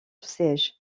siège